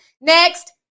Next